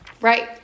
Right